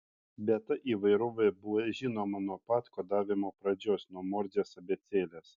bet ta įvairovė buvo žinoma nuo pat kodavimo pradžios nuo morzės abėcėlės